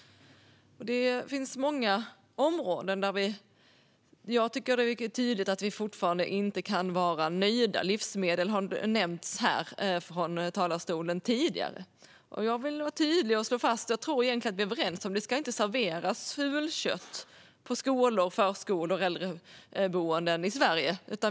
Det finns många områden där jag tycker att det är tydligt att vi fortfarande inte kan vara nöjda. Livsmedel har tidigare nämnts i talarstolen. Jag vill vara tydlig med att vi egentligen är överens om att fulkött inte ska serveras på skolor, förskolor eller boenden i Sverige.